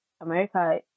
America